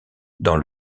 dans